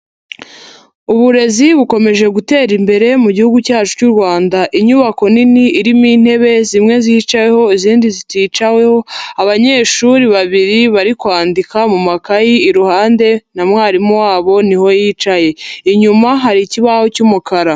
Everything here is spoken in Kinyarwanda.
Uburezi bukomeje gutera imbere mu gihugu cyacu cy'u Rwanda, inyubako nini irimo intebe zimwe zicayeho izindi ziticaweho, abanyeshuri babiri bari kwandika mu makayi iruhande na mwarimu wabo niho yicaye, inyuma hari ikibaho cy'umukara.